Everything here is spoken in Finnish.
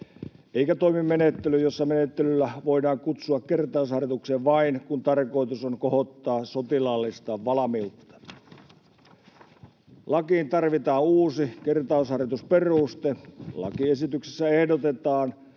eikä toimi menettely, jossa menettelyllä voidaan kutsua kertausharjoitukseen vain, kun tarkoitus on kohottaa sotilaallista valmiutta. Lakiin tarvitaan uusi kertausharjoitusperuste. Lakiesityksessä ehdotetaan,